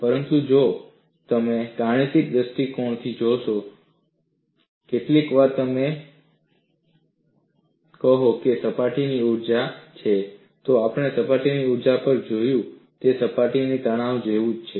પરંતુ જો તમે ગાણિતિક દ્રષ્ટિકોણથી જોશો એકવાર તમે કહો કે સપાટીની ઊર્જા છે તો આપણે સપાટીની ઊર્જા પર જોયું છે તે સપાટીના તાણ જેવું જ છે